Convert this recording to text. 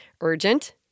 urgent